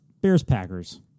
Bears-Packers